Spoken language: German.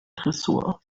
tresor